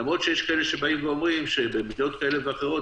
למרות שיש כאלה שבאים ואומרים שבמדינות כאלה ואחרות